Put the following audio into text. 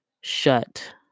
shut